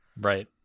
right